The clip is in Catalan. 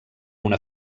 una